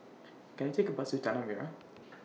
Can I Take A Bus to Tanah Merah